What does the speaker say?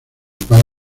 país